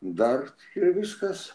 dar ir viskas